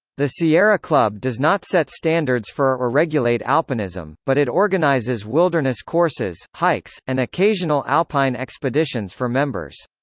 the sierra club does not set standards for or regulate alpinism, but it organizes wilderness courses, hikes, and occasional alpine expeditions for members.